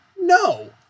No